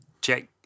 check